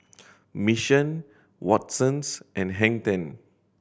Mission Watsons and Hang Ten